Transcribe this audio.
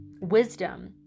wisdom